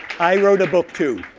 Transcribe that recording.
i wrote a book, too.